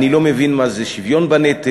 אני לא מבין מה זה שוויון בנטל.